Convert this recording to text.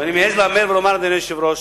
אני מעז להמר ולומר, אדוני היושב-ראש,